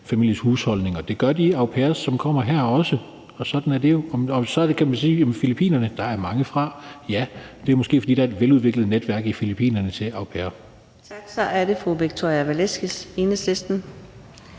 families husholdning. Det gør de au pairer, der kommer her, også, og sådan er det jo. Så kan man sige, at der er mange fra Filippinerne. Ja, men det er måske, fordi der er et veludviklet netværk i Filippinerne for au pairer. Kl. 15:17 Fjerde næstformand (Karina Adsbøl):